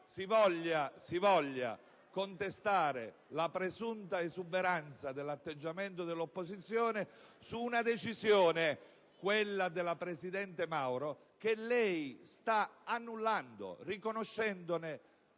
si voglia contestare la presunta esuberanza dell'atteggiamento dell'opposizione su una decisione, quella della presidente Mauro, che lei, signor Presidente,